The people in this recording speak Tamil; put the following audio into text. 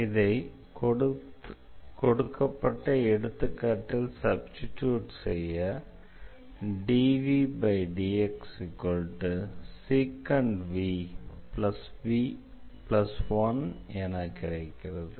இதை கொடுக்கப்பட்ட எடுத்துக்காட்டில் சப்ஸ்டிடியூட் செய்ய dvdxsec v 1 என கிடைக்கிறது